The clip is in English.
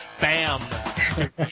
bam